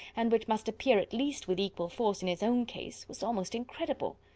and which must appear at least with equal force in his own case was almost incredible!